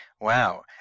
Wow